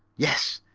yes,